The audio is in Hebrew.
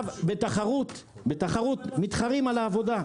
בתחרות מתחרים על העבודה.